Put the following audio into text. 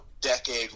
decade